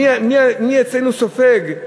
מי אצלנו סופג?